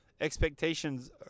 Expectations